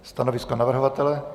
Stanovisko navrhovatele?